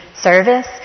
service